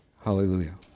Hallelujah